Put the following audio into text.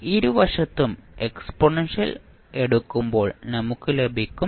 ഇരുവശത്തും എക്സ്പോണൻഷ്യൽ എടുക്കുമ്പോൾ നമുക്ക് ലഭിക്കും